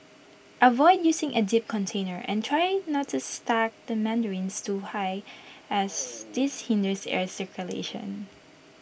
avoid using A deep container and try not to stack the mandarins too high as this hinders air circulation